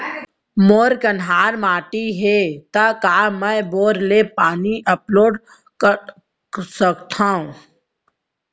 मोर कन्हार माटी हे, त का मैं बोर ले पानी अपलोड सकथव?